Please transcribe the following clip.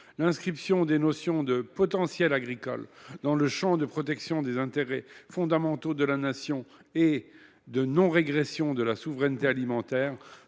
L’inscription des notions de « potentiel agricole » dans le champ de protection des intérêts fondamentaux de la Nation et de « non régression de la souveraineté alimentaire